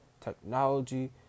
Technology